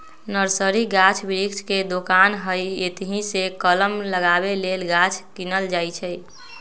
nursery गाछ वृक्ष के दोकान हइ एतहीसे कलम लगाबे लेल गाछ किनल जाइ छइ